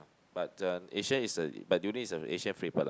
but the Asian is a but durian is the Asian favorite lah